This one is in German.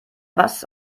was